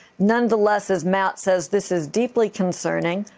nonetheless, as matt says, this is deeply concerning.